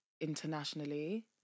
internationally